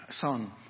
son